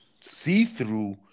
see-through